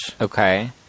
okay